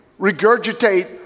regurgitate